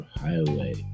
highway